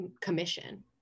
commission